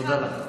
תודה לך.